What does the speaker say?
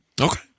Okay